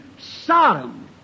Sodom